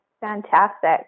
Fantastic